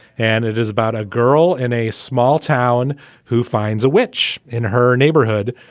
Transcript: and it is about a girl in a small town who finds a witch in her neighborhood.